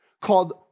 called